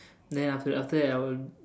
then after after that I will